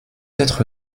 être